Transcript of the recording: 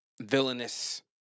villainous